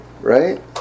right